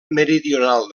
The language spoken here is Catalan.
meridional